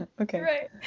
Okay